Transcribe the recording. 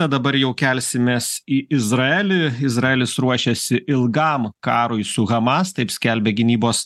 na dabar jau kelsimės į izraelį izraelis ruošiasi ilgam karui su hamas taip skelbia gynybos